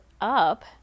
up